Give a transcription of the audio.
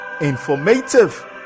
informative